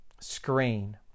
screen